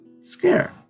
scare